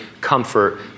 comfort